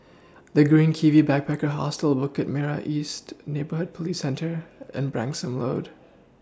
The Green Kiwi Backpacker Hostel Bukit Merah East Neighbourhood Police Centre and Branksome Road